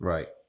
Right